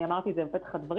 אני אמרתי את זה בפתח הדברים.